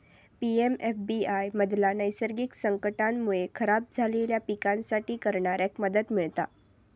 PMFBY मधना नैसर्गिक संकटांमुळे खराब झालेल्या पिकांसाठी करणाऱ्याक मदत मिळता